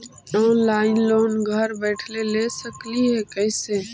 Online loan घर बैठे ले सकली हे, कैसे?